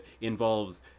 involves